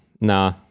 nah